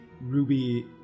ruby